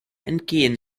entgehen